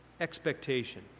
expectation